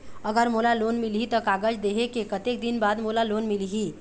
अगर मोला लोन मिलही त कागज देहे के कतेक दिन बाद मोला लोन मिलही?